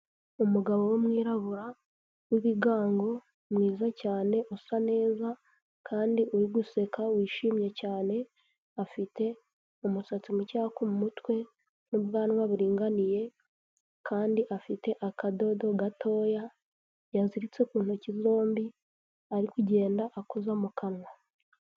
Umugabo w'umwirabura w'ibigango mwiza cyane usa neza kandi uri guseka wishimye cyane, afite umusatsi mukeya ku mutwe n'ubwanwa buringaniye kandi afite akadodo gatoya yaziritse ku ntoki zombi ari kugenda akoza mu kanwa.